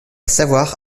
savoir